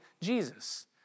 Jesus